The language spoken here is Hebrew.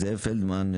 זאב פלדמן,